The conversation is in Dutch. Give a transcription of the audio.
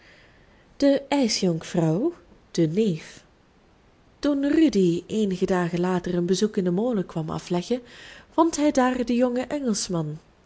dacht xi de neef toen rudy eenige dagen later een bezoek in den molen kwam afleggen vond hij daar den jongen engelschman